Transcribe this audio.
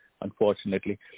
unfortunately